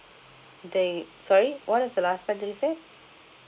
they sorry what is the last part that you say